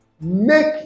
make